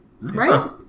right